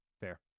Fair